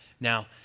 Now